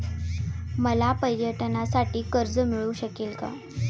मला पर्यटनासाठी कर्ज मिळू शकेल का?